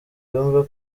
yumve